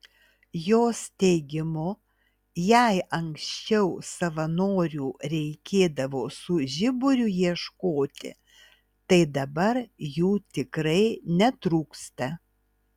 jos teigimu jei anksčiau savanorių reikėdavo su žiburiu ieškoti tai dabar jų tikrai netrūksta